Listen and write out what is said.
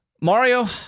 Mario